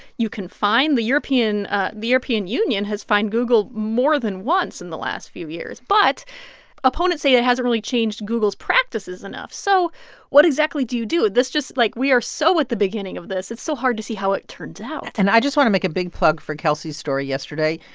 you can fine. the european ah the european union has fined google more than once in the last few years. but opponents say it hasn't really changed google's practices enough. so what exactly do you do? this just like, we are so at the beginning of this. it's so hard to see how it turns out and i just want to make a big plug for kelsey's story yesterday,